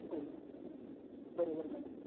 हो बरोबर मॅडम